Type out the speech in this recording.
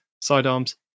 sidearms